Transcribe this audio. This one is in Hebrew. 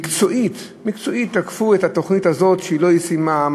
שמקצועית תקפו את התוכנית הזאת, שהיא לא ישימה.